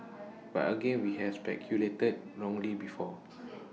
but again we've speculated wrongly before